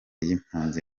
y’impunzi